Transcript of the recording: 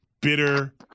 bitter